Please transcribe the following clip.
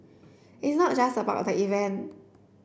it's not just about the event